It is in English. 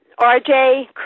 rj